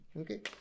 Okay